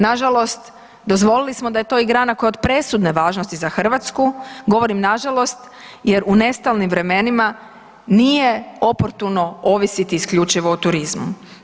Nažalost, dozvolili smo da je to i grana koja je od presudne važnosti za Hrvatsku, govorim nažalost, jer u nestalnim vremenima nije oportuno ovisiti isključivo o turizmu.